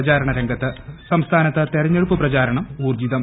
പ്രചാരണ രംഗത്ത് സംസ്ഥാനത്ത് തെരഞ്ഞെടുപ്പ് പ്രചരണം ഉൌർജ്ജിതം